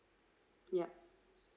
yup